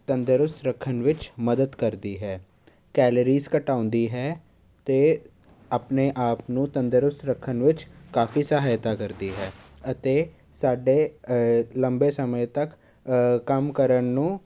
ਤੰਦਰੁਸਤ ਰੱਖਣ ਵਿੱਚ ਮਦਦ ਕਰਦੀ ਹੈ ਕੈਲਰੀਜ਼ ਘਟਾਉਂਦੀ ਹੈ ਅਤੇ ਆਪਣੇ ਆਪ ਨੂੰ ਤੰਦਰੁਸਤ ਰੱਖਣ ਵਿੱਚ ਕਾਫੀ ਸਹਾਇਤਾ ਕਰਦੀ ਹੈ ਅਤੇ ਸਾਡੇ ਲੰਬੇ ਸਮੇਂ ਤੱਕ ਕੰਮ ਕਰਨ ਨੂੰ